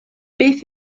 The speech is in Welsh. beth